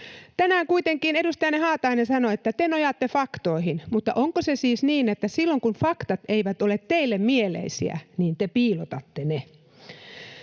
Tänään kuitenkin edustajanne Haatainen sanoi, että te nojaatte faktoihin, mutta onko se siis niin, että silloin, kun faktat eivät ole teille mieleisiä, te piilotatte ne?